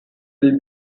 will